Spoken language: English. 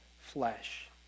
flesh